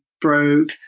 broke